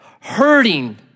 hurting